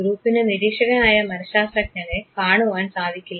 ഗ്രൂപ്പിന് നിരീക്ഷകനായ മനഃശാസ്ത്രജ്ഞനെ കാണുവാൻ സാധിക്കില്ല